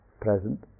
present